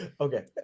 Okay